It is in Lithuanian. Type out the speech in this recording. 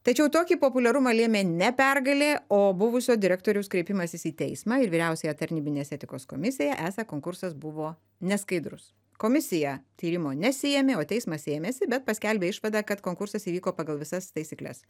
tačiau tokį populiarumą lėmė ne pergalė o buvusio direktoriaus kreipimasis į teismą ir vyriausiąją tarnybinės etikos komisiją esą konkursas buvo neskaidrus komisija tyrimo nesiėmė o teismas ėmėsi bet paskelbė išvadą kad konkursas įvyko pagal visas taisykles